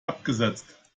abgesetzt